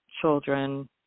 children